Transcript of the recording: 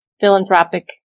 philanthropic